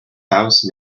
house